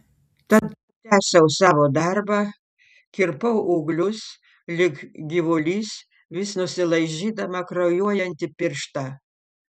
tad tęsiau savo darbą kirpau ūglius lyg gyvulys vis nusilaižydama kraujuojantį pirštą